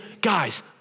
guys